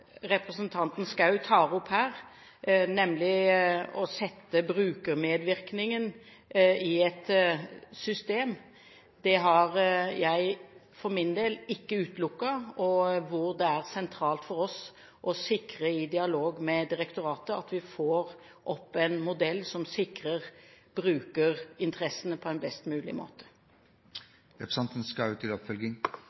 representanten Schou tar opp her, nemlig å sette brukermedvirkningen i et system, har jeg for min del ikke utelukket, og det er sentralt for oss å sikre – i dialog med direktoratet – at vi får opp en modell som sikrer brukerinteressene på en best mulig måte.